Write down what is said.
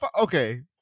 okay